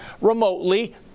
remotely